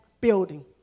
building